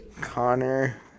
Connor